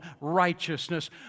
righteousness